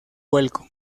vuelco